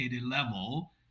level